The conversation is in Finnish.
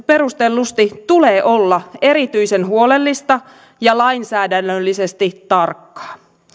perustellusti tulee olla erityisen huolellista ja lainsäädännöllisesti tarkkaa